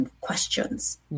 questions